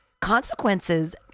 consequences